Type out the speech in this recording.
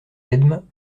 edme